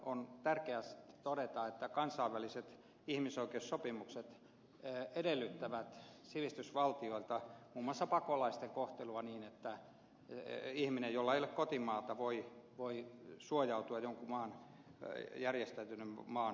on tärkeää todeta että kansainväliset ihmisoikeussopimukset edellyttävät sivistysvaltioilta muun muassa pakolaisten kohtelua niin että ihminen jolla ei ole kotimaata voi suojautua jonkun maan järjestäytyneen maan järjestelmään